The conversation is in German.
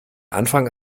anfang